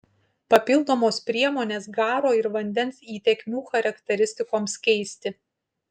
papildomos priemonės garo ir vandens įtekmių charakteristikoms keisti